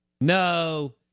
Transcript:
No